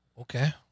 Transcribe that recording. okay